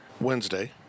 Wednesday